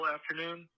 Afternoon